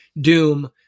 doom